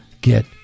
get